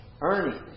Ernie